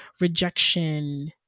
rejection